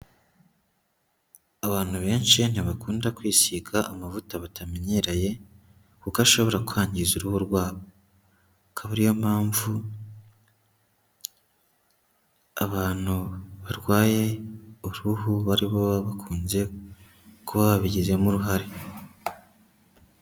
Abantu benshi ntibakunda kwisiga amavuta batamenyereye kuko ashobora kwangiza uruhu rwabo, akaba ari yo mpamvu abantu barwaye uruhu aribo baba bakunze kuba babigizemo uruhare.